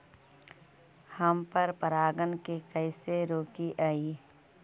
हम पर परागण के कैसे रोकिअई?